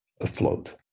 afloat